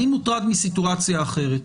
אני מוטרד מסיטואציה אחרת.